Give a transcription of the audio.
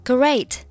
Great